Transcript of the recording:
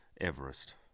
Everest